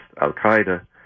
Al-Qaeda